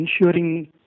ensuring